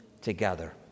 together